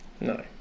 no